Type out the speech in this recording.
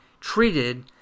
treated